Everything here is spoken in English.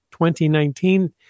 2019